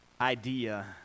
idea